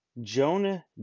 Jonah